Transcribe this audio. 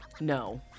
No